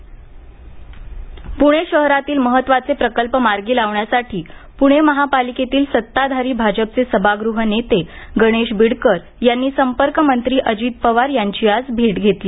प्णे शहरातील महत्त्वाचे प्रकल्प मार्गी लावण्यासाठी पुणे महापालिकेतील सत्ताधारी भाजपचे सभागृह नेते गणेश बिडकर यांनी संपर्क मंत्री अजित पवार यांची आज भेट घेतली